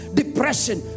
depression